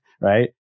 Right